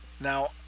Now